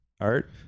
art